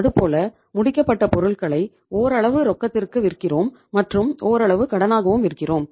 அதுபோல முடிக்கப்பட்ட பொருட்களை ஓரளவு ரொக்கத்திற்கு விற்கிறோம் மற்றும் ஓரளவு கடனாகவும் விற்கிறோம்